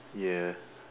ya